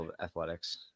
athletics